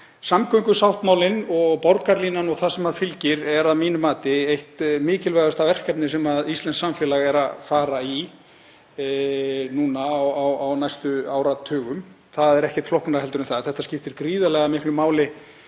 Samgöngusáttmálinn og borgarlínan og það sem því fylgir er að mínu mati eitt mikilvægasta verkefnið sem íslenskt samfélag er að fara í núna á næstu áratugum, það er ekkert flóknara en það. Þetta skiptir gríðarlega miklu máli